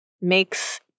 makes